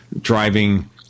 driving